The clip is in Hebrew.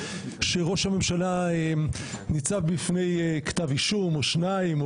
שראש הממשלה ניצב בפני כתב אישום או שניים,